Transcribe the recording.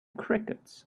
crickets